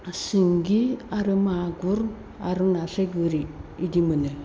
सिंगि आरो मागुर आरो नास्राय गोरि बेदि मोनो